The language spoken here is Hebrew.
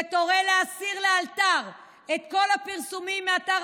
שתורה להסיר לאלתר את כל הפרסומים מאתר